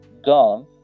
gone